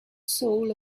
soul